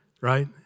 right